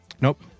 Nope